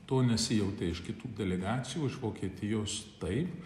to nesijautė iš kitų delegacijų iš vokietijos taip